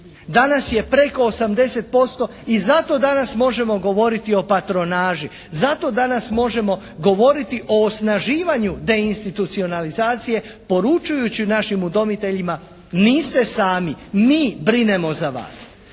Danas je preko 80% i zato danas možemo govoriti o patronaži, zato danas možemo govoriti o osnaživanju de institucionalizacije poručujući našim udomiteljima niste sami, mi brinemo za vas.